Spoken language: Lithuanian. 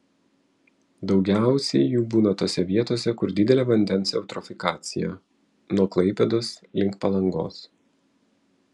daugiausiai jų būna tose vietose kur didelė vandens eutrofikacija nuo klaipėdos link palangos